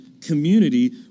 community